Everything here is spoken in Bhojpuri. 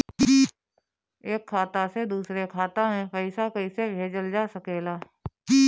एक खाता से दूसरे खाता मे पइसा कईसे भेजल जा सकेला?